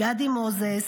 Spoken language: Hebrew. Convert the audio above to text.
גדי מוזס,